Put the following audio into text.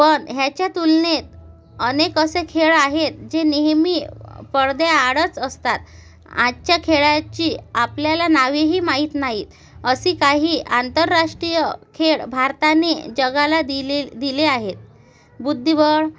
पण ह्याच्या तुलनेत अनेक असे खेळ आहेत जे नेहमी पडद्याआडच असतात आजच्या खेळाची आपल्याला नावेही माहीत नाहीत अशी काही आंतरराष्ट्रीय खेळ भारताने जगाला दिले दिले आहे बुद्धिबळ